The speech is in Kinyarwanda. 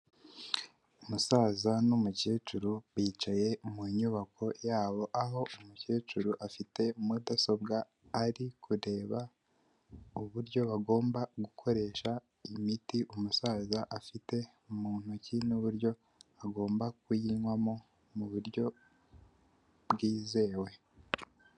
Umusaza n' numukecuru bicaye mu nyubako yabo aho umukecuru afite mudasobwa ari kureba uburyo bagomba gukoresha imiti umusaza afite mu ntoki n'uburyo agomba kuyinywamo mu buryo bwizewe.